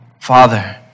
Father